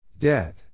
Dead